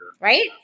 right